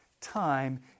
time